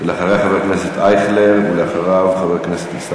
אחריה, חבר כנסת אייכלר.